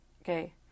Okay